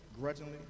grudgingly